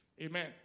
Amen